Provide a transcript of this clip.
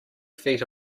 feet